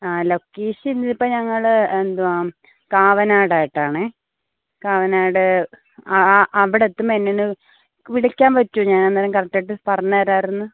ആ ലൊക്കേഷൻ ഇതിപ്പോൾ ഞങ്ങൾ എന്തുവാണ് കാവനാടായിട്ട് തന്നെ കാവനാട് അവിടെ എത്തുമ്പോൾ എന്നെയൊന്നു വിളിക്കാൻ പറ്റുവോ ഞാൻ അന്നേരം കറക്ട് ആയിട്ട് പറഞ്ഞു തരായിരുന്നു